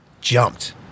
jumped